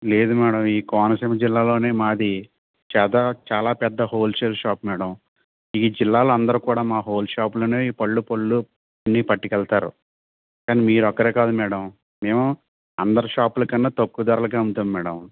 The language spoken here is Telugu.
లేదు మేడం ఈ కోనసీమ జిల్లాలోనే మాది చాదా చాలా పెద్ద హోల్సేల్ షాప్ మేడం ఈ జిల్లాలో అందరు కూడా మా హోల్ షాప్లోనే ఈ పళ్ళు పళ్ళు అన్నీ పట్టుకుని వెళతారు కానీ మీరు ఓక్కరే కాదు మేడం మేము అందరి షాపుల కన్నా తక్కువ ధరలకే అమ్ముతాము మేడం